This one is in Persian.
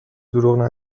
دروغ